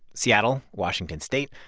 seattle, washington state.